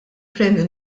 premju